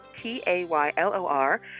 T-A-Y-L-O-R